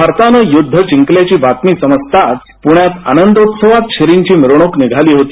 भारतानं युद्ध जिंकल्याची बातमी समजताच पुण्यात आनंदोत्सवात श्रींची मिरवणूक निघाली होती